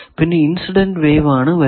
പിന്നെ incident wave ആണ് വരുന്നത്